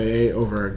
over